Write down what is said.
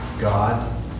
God